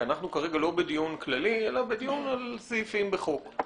אנחנו כרגע לא בדיון כללי אלא בדיון על סעיפים בחוק.